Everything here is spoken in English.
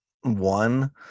one